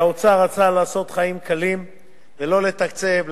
והאוצר רצה לעשות חיים קלים ולא לתקצב,